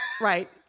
right